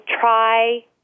try